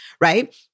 right